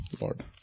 Lord